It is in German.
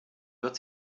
wird